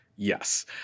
Yes